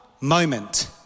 moment